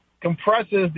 compresses